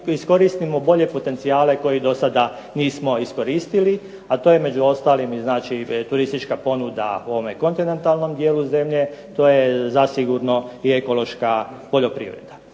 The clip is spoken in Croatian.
iskoristimo bolje potencijale koje do sada nismo iskoristili, a to je među ostalim i turistička ponuda u ovom kontinentalnom dijelu zemlje, to je zasigurno i ekološka poljoprivreda.